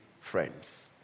friends